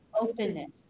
openness